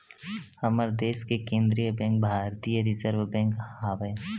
हमर देस के केंद्रीय बेंक भारतीय रिर्जव बेंक आवय